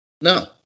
No